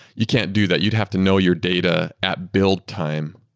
you can't do that. you'd have to know your data at build time,